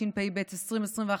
תשפ"ב 2021,